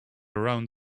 around